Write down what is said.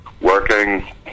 Working